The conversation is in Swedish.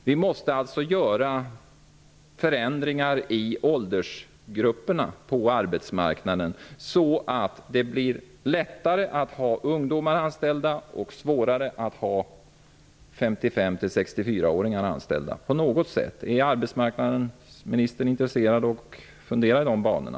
Vi måste alltså göra förändringar när det gäller åldersgrupperna på arbetsmarknaden, så att det på något sätt blir lättare att ha ungdomar anställda och svårare att ha 55--64-åringar anställda. Är arbetsmarknadsministern intresserad av att fundera i de banorna?